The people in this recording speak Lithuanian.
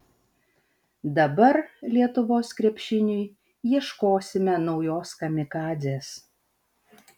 dabar lietuvos krepšiniui ieškosime naujos kamikadzės